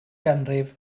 ganrif